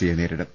സിയെ നേരിടും